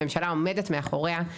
הממשלה עומדת מאחוריה,